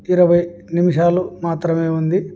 ఇరవై నిమిషాలు మాత్రమే ఉంది